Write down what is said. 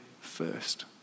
first